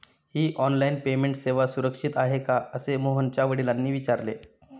ही online payment सेवा सुरक्षित आहे का असे मोहनच्या वडिलांनी विचारले